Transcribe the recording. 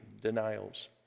denials